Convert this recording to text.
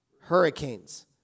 hurricanes